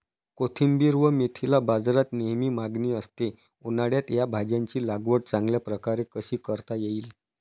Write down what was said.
कोथिंबिर व मेथीला बाजारात नेहमी मागणी असते, उन्हाळ्यात या भाज्यांची लागवड चांगल्या प्रकारे कशी करता येईल?